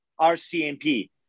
RCMP